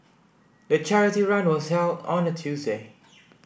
the charity run was held on a Tuesday